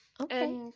Okay